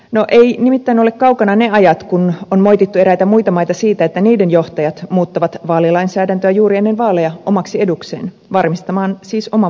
no eivät nimittäin ole kaukana ne ajat kun on moitittu eräitä muita maita siitä että niiden johtajat muuttavat vaalilainsäädäntöä juuri ennen vaaleja omaksi edukseen varmistamaan siis oman valintansa